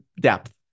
depth